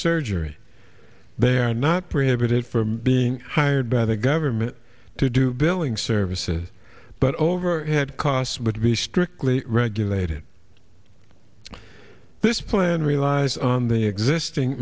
surgery they are not printed it for being hired by the government to do billing services but overhead costs would be strictly regulated this plan relies on the existing